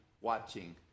watching